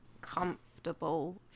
comfortable